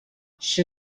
she